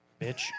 bitch